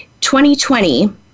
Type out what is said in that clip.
2020